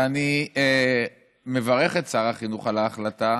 ואני מברך את שר החינוך על ההחלטה,